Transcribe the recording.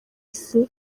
isi